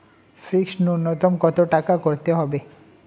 Fixed নুন্যতম কত টাকা করতে হবে?